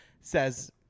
says